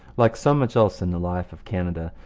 like so much else in the life of canada,